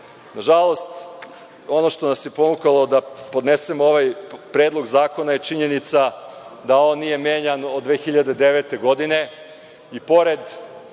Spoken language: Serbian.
potrebe. Nažalost, ono što nas je ponukalo da podnesemo ovaj Predlog zakona je činjenica da on nije menjan od 2009. godine i pored